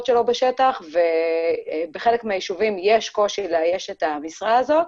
שלו בשטח ובחלק מהיישובים יש קושי לאייש את המשרה הזאת.